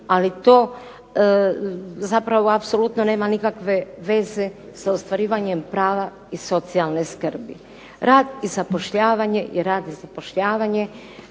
ali to zapravo apsolutno nema nikakve veze sa ostvarivanjem prava iz socijalne skrbi. Rad i zapošljavanje. Rad i zapošljavanje,